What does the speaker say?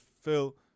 Phil